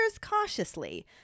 cautiously